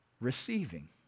receiving